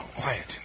Quiet